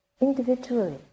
individually